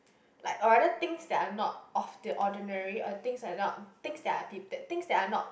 like or rather things that are not of the ordinary or things that are not things that are at things that are not